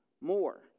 more